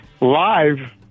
live